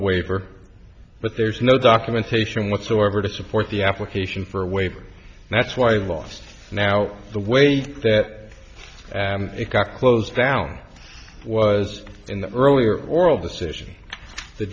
waiver but there's no documentation whatsoever to support the application for a waiver and that's why he lost now the way that it got closed down was in the earlier oral decision the